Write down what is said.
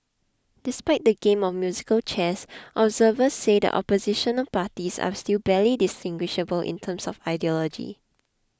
despite the game of musical chairs observers say the Opposition parties are still barely distinguishable in terms of ideology